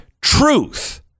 truth